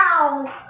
down